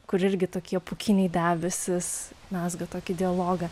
kur irgi tokie pūkiniai debesys mezga tokį dialogą